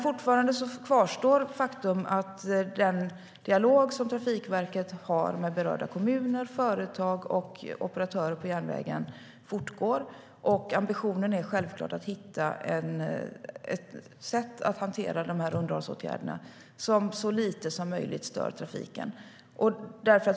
Faktum kvarstår fortfarande: Den dialog som Trafikverket har med berörda kommuner, företag och operatörer på järnvägen fortgår. Ambitionen är självklart att hitta ett sätt att hantera underhållsåtgärderna som så lite som möjligt stör trafiken.